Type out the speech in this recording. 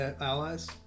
allies